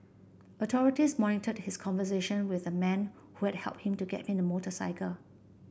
authorities monitored his conversation with the man who had help him to get in the motorcycle